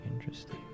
interesting